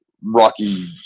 Rocky